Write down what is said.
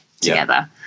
together